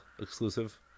exclusive